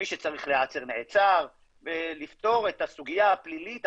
מי שצריך להיעצר נעצר ולפתור את הסוגיה הפלילית,